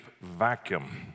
vacuum